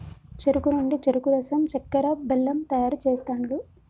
చెరుకు నుండి చెరుకు రసం చెక్కర, బెల్లం తయారు చేస్తాండ్లు